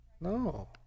No